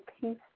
peace